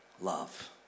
love